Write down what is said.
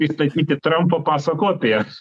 pristatyti trampo paso kopiją